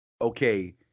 Okay